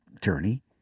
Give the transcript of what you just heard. Journey